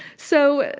so,